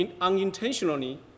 unintentionally